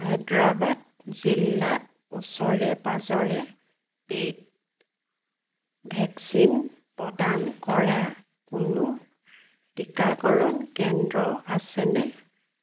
হায়দৰাবাদ জিলাত ওচৰে পাঁজৰে পেইড ভেকচিন প্ৰদান কৰা কোনো টিকাকৰণ কেন্দ্ৰ আছেনে